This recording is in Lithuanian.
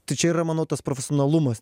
tai čia yra mano tas profesionalumas